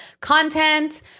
Content